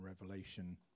Revelation